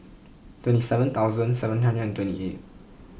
twenty seven thousand seven hundred twenty eight